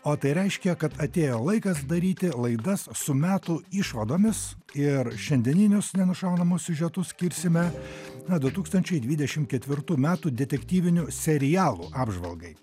o tai reiškia kad atėjo laikas daryti laidas su metų išvadomis ir šiandieninius nenušaunamus siužetus skirsime na du tūkstančiai dvidešimt ketvirtų metų detektyviniu serialų apžvalgai